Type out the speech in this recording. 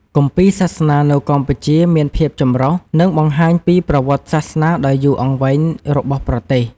គម្ពីរសាសនានៅកម្ពុជា មានភាពចម្រុះ និងបង្ហាញពីប្រវត្តិសាសនាដ៏យូរអង្វែងរបស់ប្រទេស។